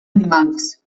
animals